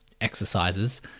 exercises